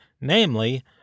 Namely